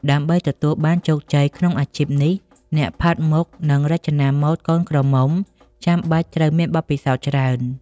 ដើម្បីទទួលបានជោគជ័យក្នុងអាជីពនេះ អ្នកផាត់មុខ និងរចនាម៉ូដកូនក្រមុំចាំបាច់ត្រូវមានបទពិសោធន៍ច្រើន។